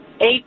eight